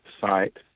site